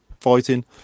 fighting